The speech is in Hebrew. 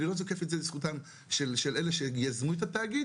אני לא זוקף את זה לזכותם של אלה שיזמו את התאגיד.